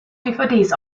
dvds